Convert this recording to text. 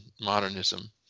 modernism